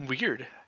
Weird